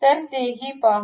तर तेही पाहू